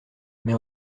mais